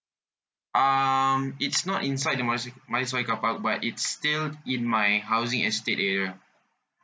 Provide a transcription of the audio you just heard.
um it's not inside the multi~ multistorey car park but it's still in my housing estate area